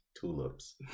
tulips